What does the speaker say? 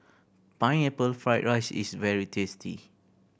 Pineapple Fried rice is very tasty